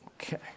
Okay